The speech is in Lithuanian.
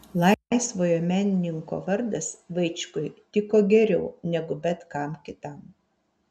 laisvojo menininko vardas vaičkui tiko geriau negu bet kam kitam